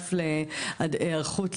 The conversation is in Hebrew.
האגף להיערכות,